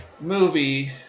movie